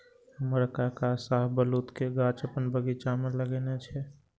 हमर काका शाहबलूत के गाछ अपन बगीचा मे लगेने छै